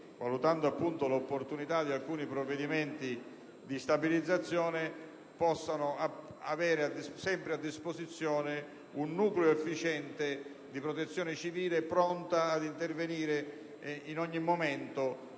valutando l'opportunità di alcuni provvedimenti di stabilizzazione - possa avere sempre a disposizione un nucleo efficiente di protezione civile pronto a intervenire in ogni momento